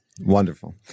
Wonderful